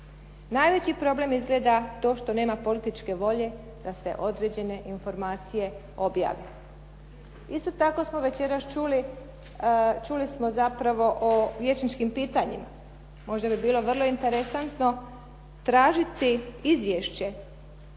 Najveći problem izgleda to što nema političke volje da se određene informacije objave. Isto tako smo večeras čuli, čuli smo zapravo o vijećničkim pitanjima. Možda bi bilo vrlo interesantno tražiti izvješće